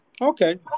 Okay